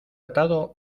atado